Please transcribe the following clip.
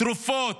תרופות,